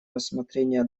рассмотрение